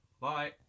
Bye